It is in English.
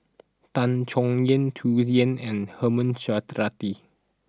Tan Chay Yan Tsung Yeh and Herman Hochstadt